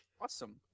awesome